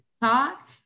talk